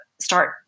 start